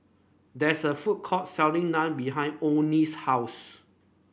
that's a food court selling Naan behind Onie's house